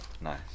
Nice